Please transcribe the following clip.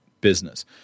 business